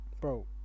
Bro